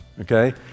okay